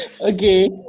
Okay